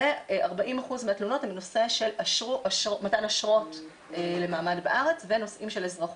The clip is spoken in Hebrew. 40% מהתלונות הן בנושא של מתן אשרות למעמד בארץ ונושאים של אזרחות.